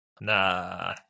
Nah